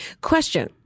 Question